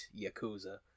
Yakuza